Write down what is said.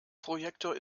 projektor